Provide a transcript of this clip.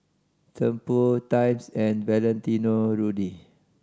Tempur Times and Valentino Rudy